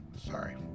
sorry